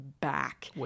back